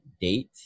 date